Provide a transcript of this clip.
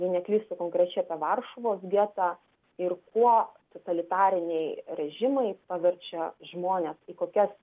jei neklystu konkrečiai apie varšuvos getą ir kuo totalitariniai režimai paverčia žmones į kokias